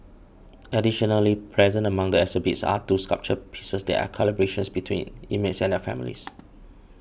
additionally present among the exhibits are two sculpture pieces that are collaborations between inmates and their families